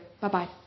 Bye-bye